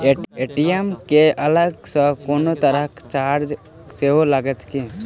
ATM केँ अलग सँ कोनो तरहक चार्ज सेहो लागत की?